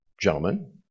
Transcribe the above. gentlemen